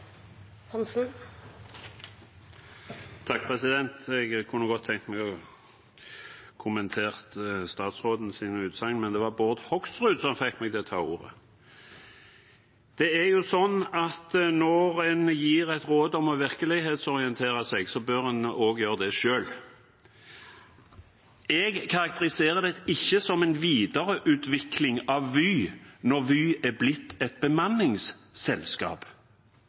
Jeg kunne godt tenkt meg å kommentere statsrådens utsagn, men det var Bård Hoksrud som fikk meg til å ta ordet. Når man gir et råd om å virkelighetsorientere seg, så bør man også gjøre det selv. Jeg karakteriserer det ikke som en videreutvikling av Vy når Vy er blitt et bemanningsselskap.